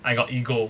I got ego